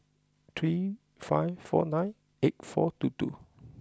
three five four nine eight four two two